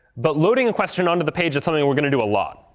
but loading a question onto the page is something we're going to do a lot.